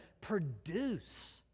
produce